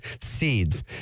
seeds